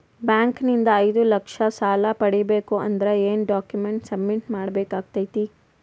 Bank ನಿಂದ ಐದು ಲಕ್ಷ ಸಾಲ ಪಡಿಬೇಕು ಅಂದ್ರ ಏನ ಡಾಕ್ಯುಮೆಂಟ್ ಸಬ್ಮಿಟ್ ಮಾಡ ಬೇಕಾಗತೈತಿ?